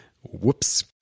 Whoops